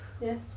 Yes